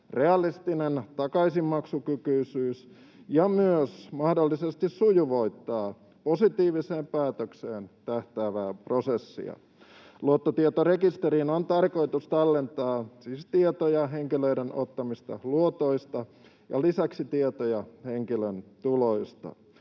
realistinen takaisinmaksukykyisyys ja myös mahdollisesti sujuvoittaa positiiviseen päätökseen tähtäävää prosessia. Luottotietorekisteriin on siis tarkoitus tallentaa tietoja henkilön ottamista luotoista ja lisäksi tietoja henkilön tuloista.